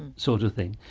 sort of thing.